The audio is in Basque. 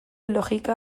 logika